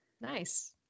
Nice